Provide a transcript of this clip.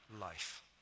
life